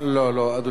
אפשר להצביע,